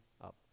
up